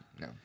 no